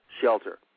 shelter